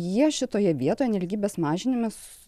jie šitoje vietoje nelygybės mažinime